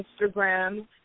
Instagram